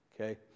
okay